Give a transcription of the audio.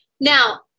now